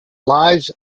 lives